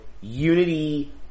Unity